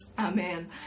Amen